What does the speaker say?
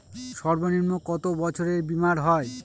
সর্বনিম্ন কত বছরের বীমার হয়?